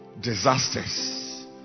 disasters